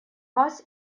вас